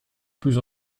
plus